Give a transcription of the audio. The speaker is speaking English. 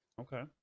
Okay